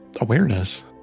Awareness